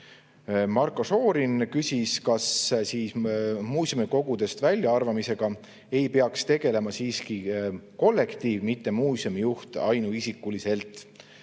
Marko Šorin küsis, kas muuseumi kogudest väljaarvamisega ei peaks tegelema siiski kollektiiv, mitte muuseumi juht ainuisikuliselt.